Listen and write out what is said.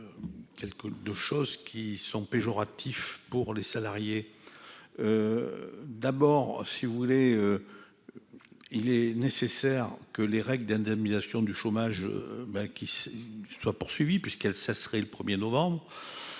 quelque 2 choses qui sont péjoratif pour les salariés d'abord si vous voulez, il est nécessaire que les règles d'indemnisation du chômage, ben, qu'ils soient poursuivis, puisqu'elle ça serait le 1er novembre